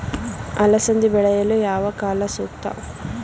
ಅಲಸಂದಿ ಬೆಳೆಯಲು ಯಾವ ಕಾಲ ಸೂಕ್ತ?